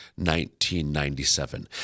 1997